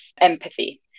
empathy